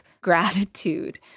gratitude